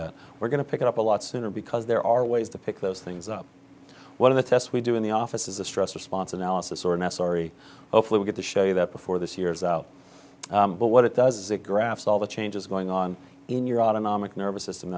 that we're going to pick it up a lot sooner because there are ways to pick those things up one of the tests we do in the office is a stress response analysis or necessary hopefully we get to show you that before this year is out but what it does is it graphs all the changes going on in your autonomic nervous system